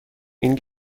این